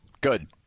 good